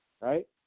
Right